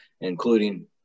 including